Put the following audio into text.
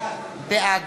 בעד